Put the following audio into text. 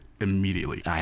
immediately